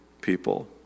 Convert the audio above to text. people